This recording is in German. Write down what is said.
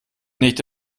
nicht